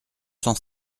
cent